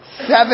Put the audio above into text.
Seven